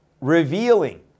revealing